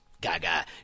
gaga